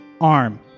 arm